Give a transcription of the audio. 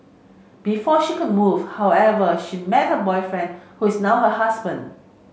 before she could move however she met her boyfriend who is now her husband